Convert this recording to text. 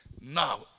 now